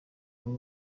muri